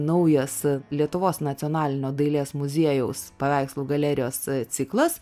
naujas lietuvos nacionalinio dailės muziejaus paveikslų galerijos ciklas